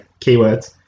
keywords